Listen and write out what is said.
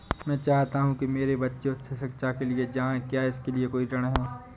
मैं चाहता हूँ कि मेरे बच्चे उच्च शिक्षा के लिए जाएं क्या इसके लिए कोई ऋण है?